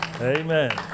Amen